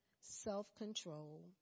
self-control